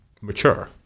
mature